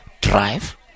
drive